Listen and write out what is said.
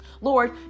Lord